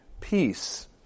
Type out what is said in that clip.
peace